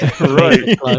Right